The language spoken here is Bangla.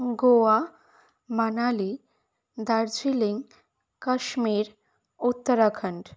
গোয়া মানালি দার্জিলিং কাশ্মীর উত্তরাখণ্ড